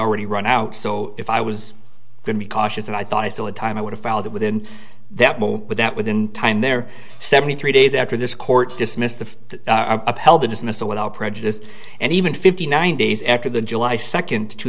already run out so if i was going to be cautious and i thought i still had time i would have filed it within that that within time there seventy three days after this court dismissed the upheld the dismissal without prejudice and even fifty nine days after the july second two